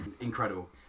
Incredible